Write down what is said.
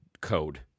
code